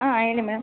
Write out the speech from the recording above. ಹಾಂ ಹೇಳಿ ಮ್ಯಾಮ್